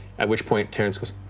at which point terrence goes,